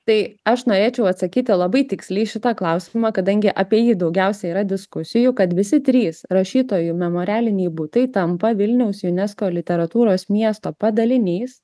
tai aš norėčiau atsakyti labai tiksliai į šitą klausimą kadangi apie jį daugiausiai yra diskusijų kad visi trys rašytojų memorialiniai butai tampa vilniaus unesco literatūros miesto padaliniais